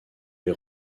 les